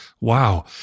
wow